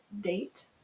date